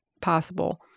possible